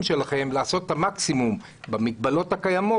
שלכם לעשות את המקסימום במגבלות הקיימות,